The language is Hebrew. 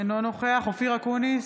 אינו נוכח אופיר אקוניס,